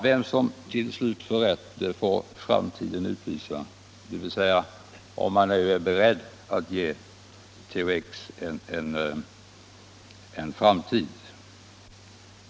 Vem som till slut får rätt får framtiden utvisa — dvs. om man nu är beredd att ge THX en framtid.